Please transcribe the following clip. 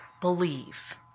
believe